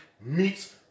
meets